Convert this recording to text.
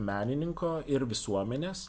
menininko ir visuomenės